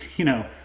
you know,